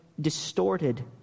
distorted